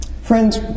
Friends